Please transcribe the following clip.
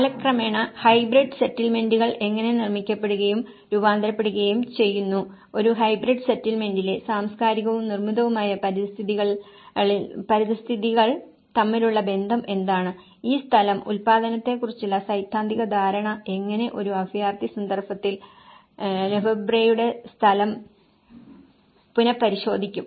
കാലക്രമേണ ഹൈബ്രിഡ് സെറ്റിൽമെന്റുകൾ എങ്ങനെ നിർമ്മിക്കപ്പെടുകയും രൂപാന്തരപ്പെടുകയും ചെയ്യുന്നു ഒരു ഹൈബ്രിഡ് സെറ്റിൽമെന്റിലെ സാംസ്കാരികവും നിർമ്മിതവുമായ പരിതസ്ഥിതികൾ തമ്മിലുള്ള ബന്ധം എന്താണ് ഈ സ്ഥലം ഉൽപ്പാദനത്തെക്കുറിച്ചുള്ള സൈദ്ധാന്തിക ധാരണ എങ്ങനെ ഒരു അഭയാർത്ഥി സന്ദർഭത്തിൽ ലെഫെബ്വ്രെയുടെ സ്ഥലം പുനഃപരിശോധിക്കും